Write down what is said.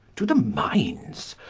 to the mynes?